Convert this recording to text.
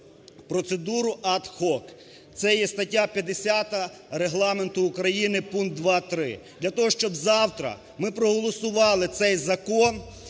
процедуруad hoc, це є стаття 50 Регламенту України пункт 2.3. Для того, щоб завтра ми проголосували цей закон